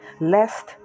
Lest